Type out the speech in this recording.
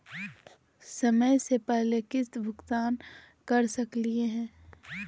समय स पहले किस्त भुगतान कर सकली हे?